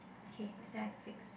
okay then I fix